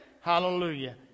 Hallelujah